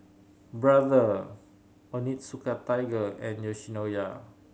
Brother Onitsuka Tiger and Yoshinoya